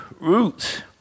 roots